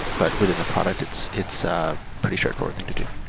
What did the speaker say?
but within the product, it's it's a pretty straightforward thing to do.